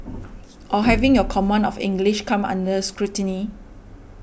or having your command of English come under scrutiny